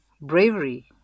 bravery